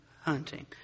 hunting